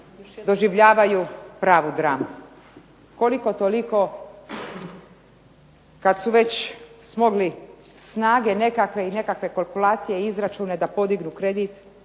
doživljavaju pravu dramu. Koliko toliko kada su već smogli snage i nekakve kalkulacije i izračune da podignu kredit